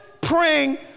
praying